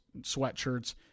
sweatshirts